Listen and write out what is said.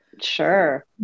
Sure